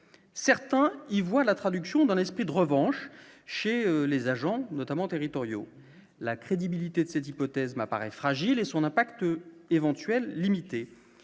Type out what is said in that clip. certains y voient la traduction dans l'esprit de revanche chez les agents notamment territoriaux, la crédibilité de cette hypothèse, m'apparaît fragile et son impact éventuel,